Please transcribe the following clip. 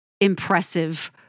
impressive